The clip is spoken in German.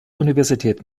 universität